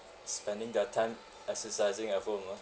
spending their time exercising at home ah